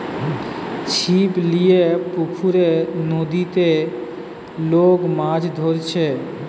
ছিপ লিয়ে পুকুরে, নদীতে লোক মাছ ধরছে